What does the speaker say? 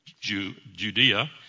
Judea